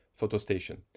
Photostation